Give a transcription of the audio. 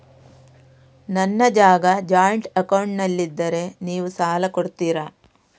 ನನ್ನ ಜಾಗ ಜಾಯಿಂಟ್ ಅಕೌಂಟ್ನಲ್ಲಿದ್ದರೆ ನೀವು ಸಾಲ ಕೊಡ್ತೀರಾ?